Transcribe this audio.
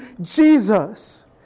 Jesus